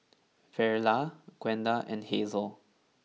Verla Gwenda and Hazelle